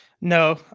No